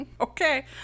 Okay